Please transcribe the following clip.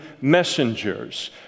messengers